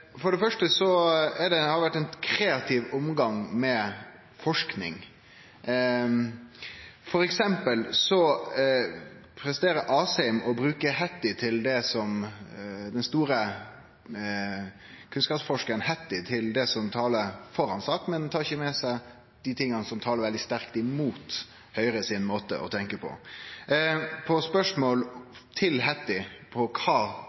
For det første har det vore ein kreativ omgang med forsking, f.eks. presterer Asheim å bruke den store kunnskapsforskaren Hattie til det som talar for saka hans, men tar ikkje med seg dei tinga som talar veldig sterkt imot Høgre sin måte å tenkje på. På spørsmål til Hattie om kva som kan betre kvalitet i skulen, svarar han, på